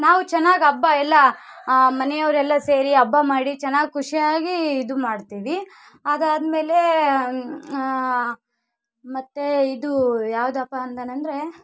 ನಾವು ಚೆನ್ನಾಗಿ ಹಬ್ಬ ಎಲ್ಲ ಮನೆಯವ್ರು ಎಲ್ಲ ಸೇರಿ ಹಬ್ಬ ಮಾಡಿ ಚೆನ್ನಾಗಿ ಖುಷಿಯಾಗಿ ಇದು ಮಾಡ್ತೀವಿ ಅದಾದ ಮೇಲೆ ಮತ್ತು ಇದು ಯಾವ್ದಪ್ಪ ಅಂತಾನಂದರೆ